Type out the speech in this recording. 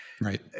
Right